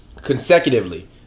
consecutively